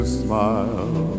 smile